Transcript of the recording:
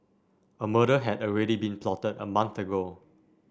a murder had already been plotted a month ago